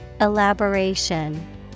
Elaboration